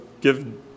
give